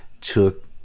took